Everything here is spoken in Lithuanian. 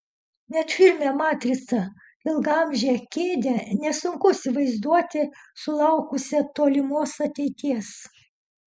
net filme matrica ilgaamžę kėdę nesunku įsivaizduoti sulaukusią tolimos ateities